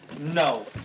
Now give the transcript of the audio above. No